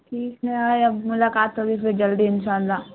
ٹھیک ہے ارے اب ملاقات ہوگی پھر جلدی ان شاء اللہ